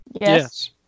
Yes